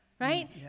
Right